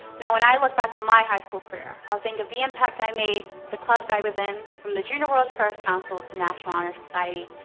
now, when i look back on my high school career, i'll think of the impact i made, the clubs i was in, from the junior world first council to national honor society,